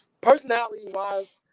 personality-wise